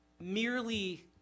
merely